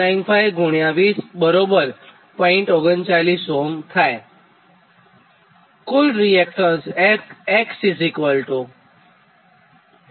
39Ω થાય અને કુલ રીએક્ટન્સ x0